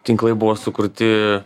tinklai buvo sukurti